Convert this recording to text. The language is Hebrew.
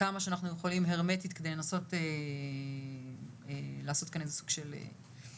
כמה שאנחנו יכולים הרמטית כדי לנסות לעשות כאן איזה סוג של איגוף,